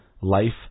life